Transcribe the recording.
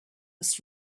was